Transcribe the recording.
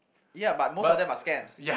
yeah but most of them are scams